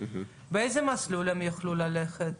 באיזה מסלול הם יוכלו ללכת?